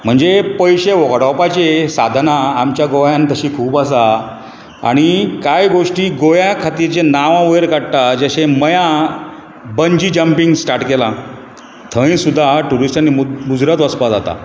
म्हणजे पयशे वगडावपाचे सादना आमच्या गोंयान तशीं खूब आसा आनी कांय गोश्टी गोंयां खातीर जें नांव वयर काडटा जशें मयां बंजी जंपींग स्टार्ट केला थंय सुद्दां ट्युरिस्टानी मूज मुजरत वचपाक जाता